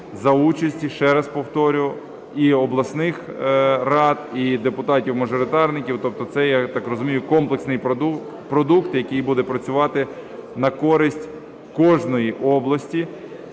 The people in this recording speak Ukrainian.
за участі, ще раз повторюю, і обласних рад, і депутатів-мажоритарників. Тобто це, я так розумію, комплексний продукт, який буде працювати на користь кожної області.